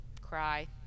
cry